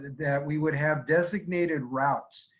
that we would have designated routes.